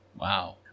Wow